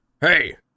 hey